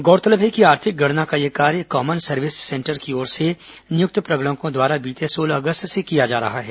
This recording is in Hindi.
गौरतलब है कि आर्थिक गणना का यह कार्य कॉमन सर्विस सेंटर की ओर से नियुक्त प्रगणकों द्वारा बीते सोलह अगस्त से किया जा रहा है